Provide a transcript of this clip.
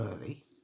early